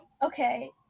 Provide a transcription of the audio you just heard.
Okay